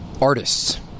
artists